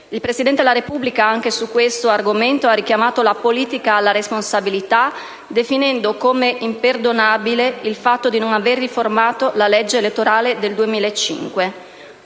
Il Presidente della Repubblica, anche su questo argomento, ha richiamato la politica alla responsabilità definendo come «imperdonabile» il fatto di non aver riformato la legge elettorale del 2005.